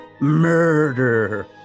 Murder